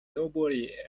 nobody